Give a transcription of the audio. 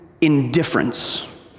indifference